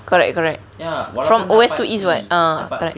correct correct from west to east [what] ah correct